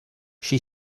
she